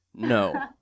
No